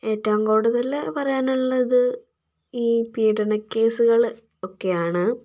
ഏറ്റവും കൂടുതൽ പറയാനുള്ളത് ഈ പീഡനക്കേസുകൾ ഒക്കെയാണ്